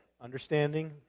Understanding